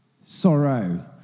sorrow